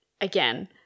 Again